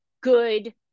good